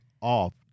off